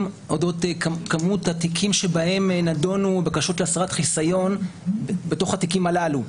אודות מספר התיקים בהם נדונו בקשות להסרת חיסיון בתוך התיקים הללו.